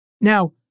Now